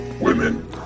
Women